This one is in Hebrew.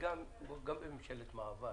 וגם בממשלת מעבר